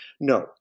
No